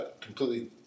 completely